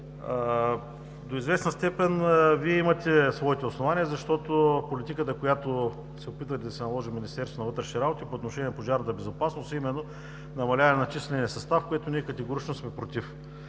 до известна степен Вие имате своите основания, защото политиката, която се опитва да наложи Министерството на вътрешните работи по отношение на пожарната безопасност, е именно намаляване на числения състав, за което ние категорично сме против.